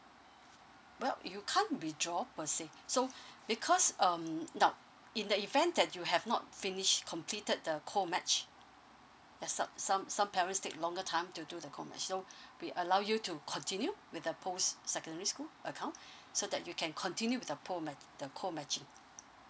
well you can't withdraw per say so because um now in the event that you have not finish completed the co match ya some some some parents take longer time to do the co match so we allow you to continue with the post secondary school account so that you can continue with the the co matching